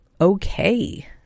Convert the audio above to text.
okay